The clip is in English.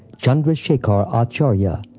chandrashekhar acharya,